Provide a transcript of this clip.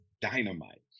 dynamite